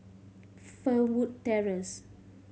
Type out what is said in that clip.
Fernwood Terrace